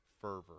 fervor